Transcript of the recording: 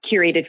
curated